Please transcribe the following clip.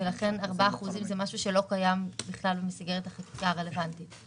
לכן ארבעה אחוזים זה משהו שלא קיים במסגרת החקיקה הרלוונטית.